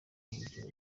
umubyibuho